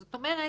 זאת אומרת,